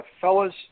Fellas